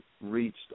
reached